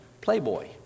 Playboy